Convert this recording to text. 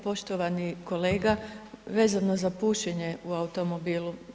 Poštovani kolega, vezano za pušenje u automobilu.